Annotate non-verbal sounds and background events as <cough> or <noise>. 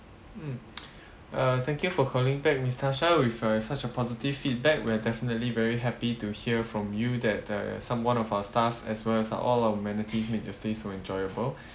mm uh thank you for calling back miss to share with us such a positive feedback we're definitely very happy to hear from you that uh someone of our staff as well as all our amenities make your stay enjoyable <breath>